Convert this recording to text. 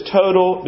total